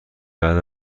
بعد